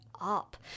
up